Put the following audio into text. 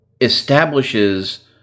establishes